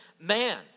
man